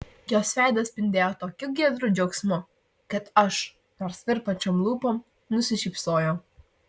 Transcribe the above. jos veidas spindėjo tokiu giedru džiaugsmu kad aš nors virpančiom lūpom nusišypsojau